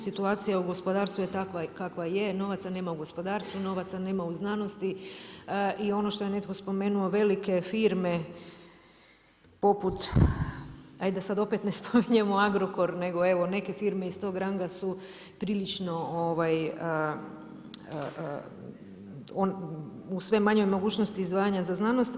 Situacija u gospodarstvu je takva kakva je, novaca nema u gospodarstvu, novaca nema u znanosti i ono što je netko spomenuo velike firme poput hajde da sad opet ne spominjemo Agrokor, nego evo neke firme iz tog ranga su prilično u sve manjoj mogućnosti izdvajanja za znanost.